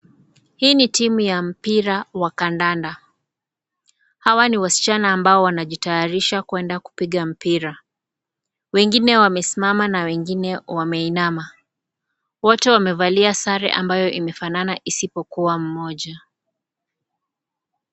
Hii ni timu ya mpira wa kandanda . Hawa ni wasichana ambao wanajitayarisha kwenda kupiga mpira. Wengine wamesimama na wengine wameinama. Wote wamevalia sare ambayo imefanana isipokuwa mmoja.